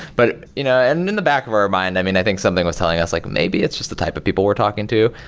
but you know and in the back of our mind, i mean i think something was telling us like, maybe that's just the type of people we're talking to,